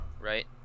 right